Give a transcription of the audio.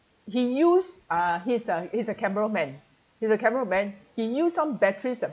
he used uh he's a he's a cameraman he's a cameraman he use some batteries that